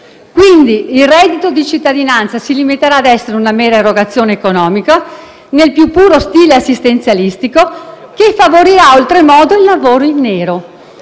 Quindi, il reddito di cittadinanza si limiterà a essere una mera erogazione economica nel più puro stile assistenzialistico, favorendo oltremodo il lavoro in nero